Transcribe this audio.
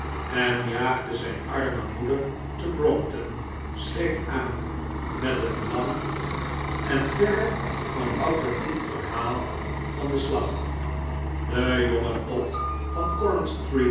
en jaagde zijn arme moeder te brompton schrik aan met een lang en verre van authentiek verhaal van den slag de jonge todd van coram